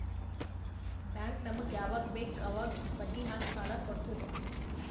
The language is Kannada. ಬ್ಯಾಂಕ್ ನಮುಗ್ ಯವಾಗ್ ಬೇಕ್ ಅವಾಗ್ ಬಡ್ಡಿ ಹಾಕಿ ಸಾಲ ಕೊಡ್ತುದ್